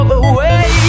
away